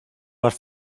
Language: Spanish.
más